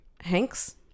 Hanks